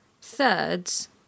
thirds